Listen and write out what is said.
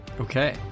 Okay